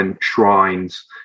shrines